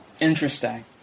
Interesting